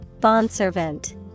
Bondservant